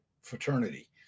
fraternity